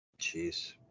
Jeez